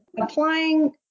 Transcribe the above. applying